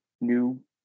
new